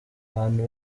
abantu